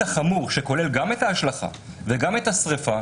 החמור שכולל גם את ההשלכה וגם את השריפה,